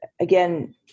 again